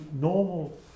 normal